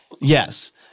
Yes